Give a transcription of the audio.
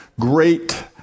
great